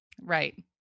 Right